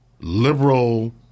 liberal